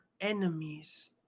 enemies